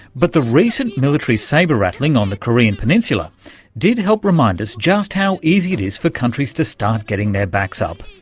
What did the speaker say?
but the recent military sabre-rattling on the korean peninsula did help remind us just how easy it is for countries to start getting their backs up.